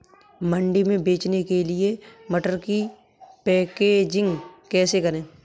मंडी में बेचने के लिए मटर की पैकेजिंग कैसे करें?